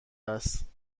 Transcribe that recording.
است